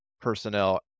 personnel